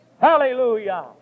Hallelujah